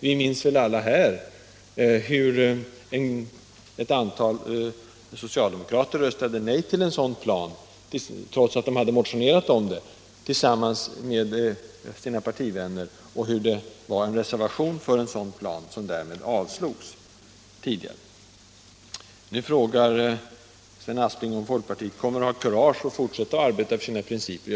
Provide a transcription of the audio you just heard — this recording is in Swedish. Vi minns väl alla hur ett antal socialdemokrater här i riksdagen tidigare röstade nej till en sådan plan, trots att de hade motionerat om en sådan. Därmed avslogs också vår reservation för en sådan plan. Nu frågar Sven Aspling om folkpartiet kommer att ha kurage att fortsätta att arbeta efter sina principer.